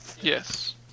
Yes